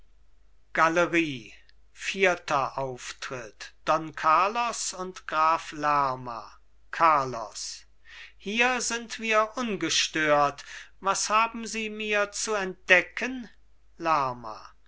galerie vierter auftritt don carlos und graf lerma carlos hier sind wir ungestört was haben sie mir zu entdecken lerma